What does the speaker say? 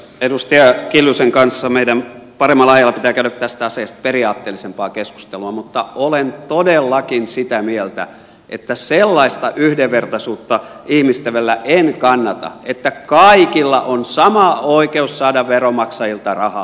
edustaja kiljusen kanssa meidän pitää käydä paremmalla ajalla tästä asiasta periaatteellisempaa keskustelua mutta olen todellakin sitä mieltä että sellaista yhdenvertaisuutta ihmisten välillä en kannata että kaikilla on sama oikeus saada veronmaksajilta rahaa